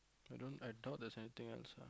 I don't I thought there's something else